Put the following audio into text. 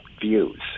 views